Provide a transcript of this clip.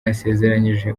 yasezeranyije